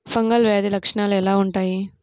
Fungal వ్యాధి లక్షనాలు ఎలా వుంటాయి?